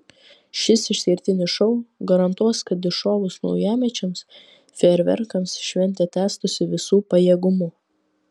šis išskirtinis šou garantuos kad iššovus naujamečiams fejerverkams šventė tęstųsi visu pajėgumu